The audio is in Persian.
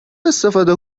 استفاده